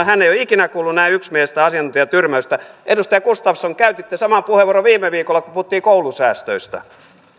että hän ei ole ikinä kuullut näin yksimielistä asiantuntijatyrmäystä edustaja gustafsson käytitte saman puheenvuoron viime viikolla kun puhuttiin koulusäästöistä